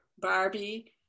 Barbie